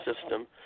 system